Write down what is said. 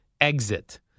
exit